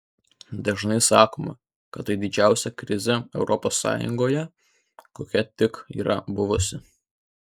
dažnai sakoma kad tai didžiausia krizė europos sąjungoje kokia tik yra buvusi